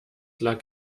lag